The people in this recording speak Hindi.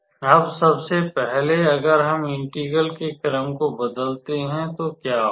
अब सबसे पहले अगर हम इंटेग्रल के क्रम को बदलते हैं तो क्या होगा